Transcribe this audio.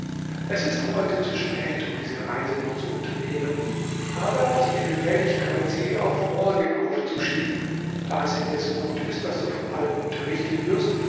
es ist heute zu spät um diese reise noch zu unternehmen habe also die gefälligkeit sie auf morgen aufzuschieben da es indes gut ist daß du von allem unterrichtet wirst